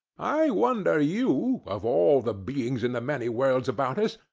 i wonder you, of all the beings in the many worlds about us,